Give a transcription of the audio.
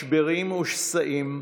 משברים ושסעים,